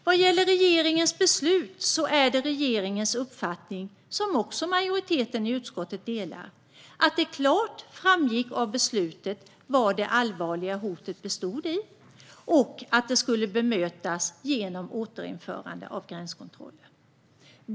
Vad gäller regeringens beslut är det regeringens uppfattning, som också majoriteten i utskottet delar, att det klart framgick av beslutet vad det allvarliga hotet bestod i och att det skulle bemötas genom återinförande av gränskontroller.